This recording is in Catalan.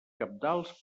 cabdals